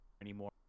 anymore